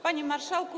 Panie Marszałku!